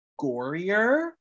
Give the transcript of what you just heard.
gorier